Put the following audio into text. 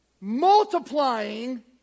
multiplying